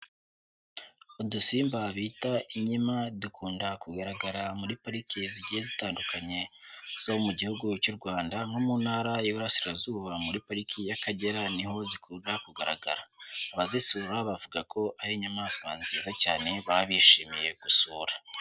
Udusimba bita inkima, dukunda kugaragara muri pariki zigiye zitandukanye, zo mu gihugu cy'u Rwanda, nko mu Ntara y'Iburasirazuba muri Pariki y'Akagera ni ho zikunda kugaragara. Abazisura bavuga ko ari inyamaswa nziza cyane, baba bishimiye gusura.